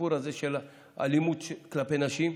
הסיפור הזה של אלימות כלפי נשים.